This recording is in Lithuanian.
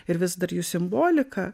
ir vis dar jų simbolika